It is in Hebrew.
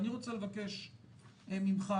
אני רוצה לבקש ממך,